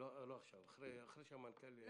לא עכשיו, אחרי שהמנכ"ל ידבר.